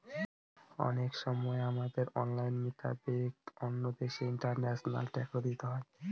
অনেক সময় আমাদের আইন মোতাবেক অন্য দেশে ইন্টারন্যাশনাল ট্যাক্স দিতে হয়